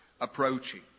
approaching